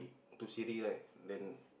to Siri right then